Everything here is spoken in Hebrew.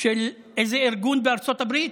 של איזה ארגון בארצות הברית,